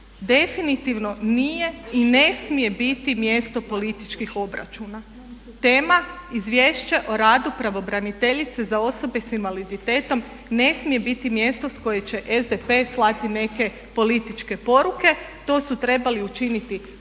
definitivno nije i ne smije biti mjesto političkih obračuna. Tema Izvješće o radu pravobraniteljice za osobe sa invaliditetom ne smije biti mjesto s kojeg će SDP slati neke političke poruke, to su trebali učiniti ili na